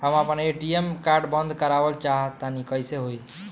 हम आपन ATM card बंद करावल चाह तनि कइसे होई?